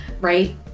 right